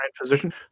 Physician